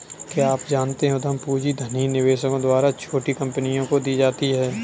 क्या आप जानते है उद्यम पूंजी धनी निवेशकों द्वारा छोटी कंपनियों को दी जाती है?